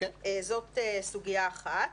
זו סוגיה אחת.